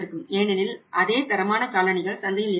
ஏனெனில் அதே தரமான காலணிகள் சந்தையில் இருக்கிறது